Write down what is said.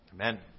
Amen